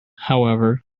however